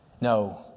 no